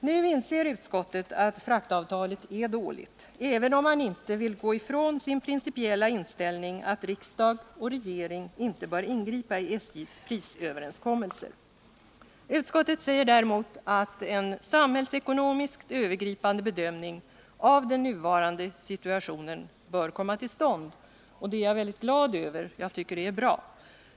Nu inser utskottet att fraktavtalet är dåligt, även om man inte vill gå ifrån sin principiella inställning att riksdag och regering inte bör ingripa i SJ:s prisöverenskommelser. Utskottet säger att en samhällsekonomiskt övergripande bedömning av den nuvarande situationen bör komma till stånd. Det är jag mycket glad över, och jag tycker det är bra.